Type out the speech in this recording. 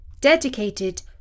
dedicated